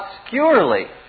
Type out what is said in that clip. obscurely